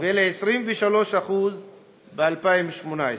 ול-23% ב-2018,